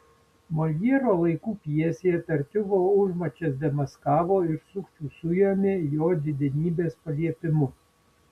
moljero laikų pjesėje tartiufo užmačias demaskavo ir sukčių suėmė jo didenybės paliepimu